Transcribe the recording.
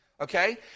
Okay